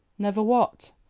never what?